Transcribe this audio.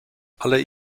alle